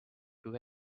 too